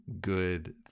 good